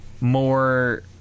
more